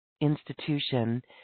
institution